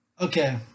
okay